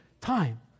time